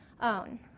own